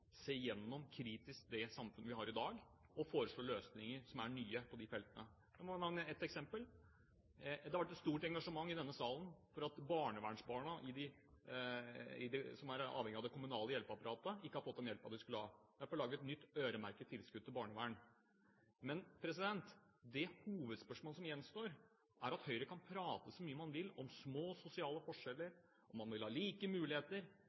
se kritisk på det samfunn vi har i dag, og foreslå nye løsninger på de feltene. Jeg kan nevne ett eksempel. Det har vært et stort engasjement i denne salen fordi barnevernsbarna som er avhengig av det kommunale hjelpeapparatet, ikke har fått den hjelpen de skulle ha. Derfor er det lagd et nytt øremerket tilskudd til barnevern. Men det er et hovedspørsmål som gjenstår. Høyre kan prate så mye de vil om små sosiale forskjeller, om at man vil ha like muligheter,